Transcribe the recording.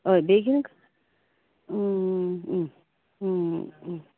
हय बेगीन